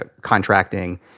contracting